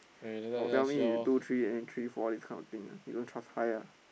I will tell me two three and three four this kind of thing he don't trust high ah